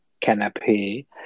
canopy